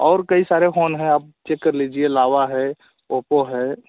और कई सारे फ़ोन है आप चेक कर लीजिए ओप्पो है